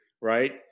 right